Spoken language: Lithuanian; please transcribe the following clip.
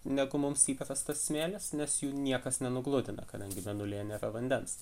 negu mums įprastas smėlis nes jų niekas nenugludina kadangi mėnulyje nėra vandens